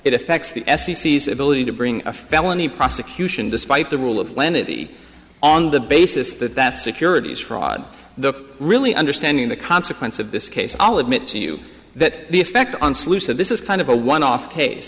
it affects the s c c s ability to bring a felony prosecution despite the rule of lenity on the basis that that securities fraud the really understanding the consequence of this case i'll admit to you that the effect on salusa this is kind of a one off cas